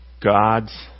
God's